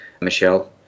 Michelle